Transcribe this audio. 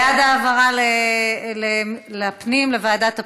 בעד העברה לוועדת הפנים?